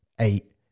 eight